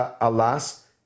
Alas